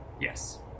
Yes